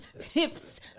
hips